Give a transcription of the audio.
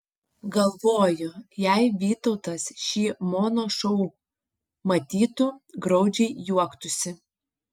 galvoju jei vytautas šį mono šou matytų graudžiai juoktųsi